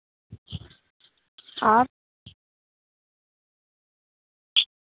আর